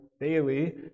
daily